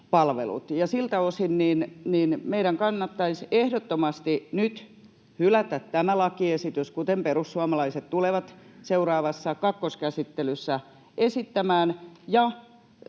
Siltä osin meidän kannattaisi ehdottomasti nyt hylätä tämä lakiesitys, kuten perussuomalaiset tulevat seuraavassa käsittelyssä, kakkoskäsittelyssä, esittämään,